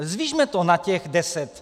Zvyšme to na těch deset.